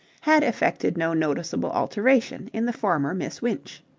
had effected no noticeable alteration in the former miss winch.